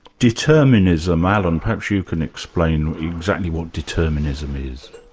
determinism, allan, perhaps you can explain exactly what determinism is.